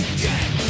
get